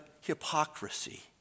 hypocrisy